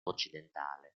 occidentale